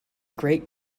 great